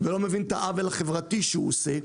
ולא מבין את העוול החברתי שהוא עושה,